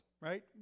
right